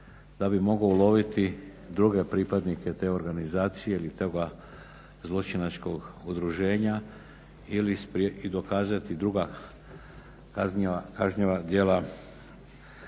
da bi mogao uloviti druge pripadnike te organizacije ili toga zločinačkog udruženja i dokazati druga kažnjiva djela